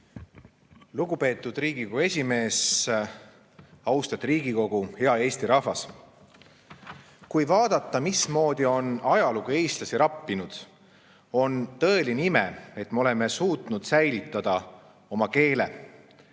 Lugupeetud Riigikogu esimees! Austet Riigikogu! Hea Eesti rahvas! Kui vaadata, mismoodi on ajalugu eestlasi rappinud, on tõeline ime, et me oleme suutnud säilitada oma keele.